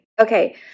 Okay